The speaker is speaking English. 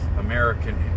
American